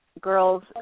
girls